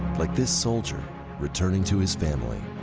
like this soldier returning to his family.